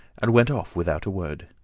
and went off without a word.